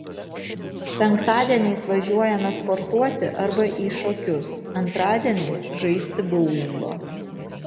penktadieniais važiuojame sportuoti arba į šokius antradieniais žaisti boulingo